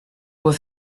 quoi